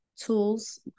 tools